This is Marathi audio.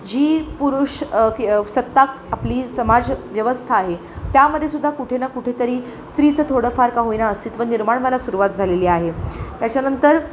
जी पुरुष की सत्ताक आपली समाजव्यवस्था आहे त्यामध्ये सुद्धा कुठे ना कुठे तरी स्त्रीचं थोडंफार का होईन अस्तित्व निर्माण व्हायला सुरुवात झालेली आहे त्याच्यानंतर